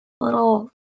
little